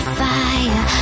fire